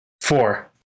four